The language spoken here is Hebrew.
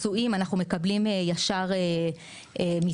פצועים אנחנו מקבלים ישר מצה"ל.